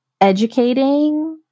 educating